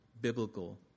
biblical